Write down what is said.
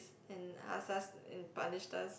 and ask us and punished us